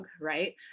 right